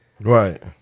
Right